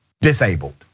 disabled